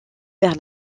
vers